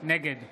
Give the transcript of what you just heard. נגד